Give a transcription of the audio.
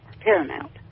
paramount